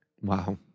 Wow